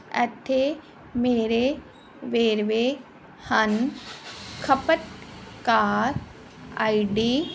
ਇੱਥੇ ਮੇਰੇ ਵੇਰਵੇ ਹਨ ਖਪਤ ਕਾਰ ਆਈਡੀ